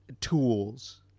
tools